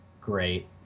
great